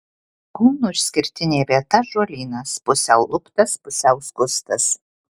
kauno išskirtinė vieta ąžuolynas pusiau luptas pusiau skustas